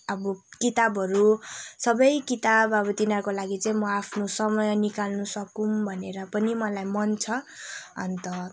अब किताबहरू सबै किताब अब तिनीहरूको लागि चाहिँ म आफ्नो समय निकाल्नु सकौँ भनेर पनि मलाई मन छ अन्त